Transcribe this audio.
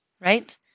right